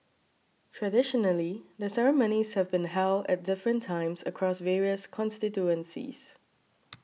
traditionally the ceremonies have been held at different times across various constituencies